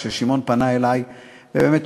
כששמעון פנה אלי, ובאמת